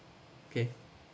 okay